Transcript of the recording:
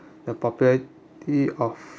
the popularity of